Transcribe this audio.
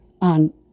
on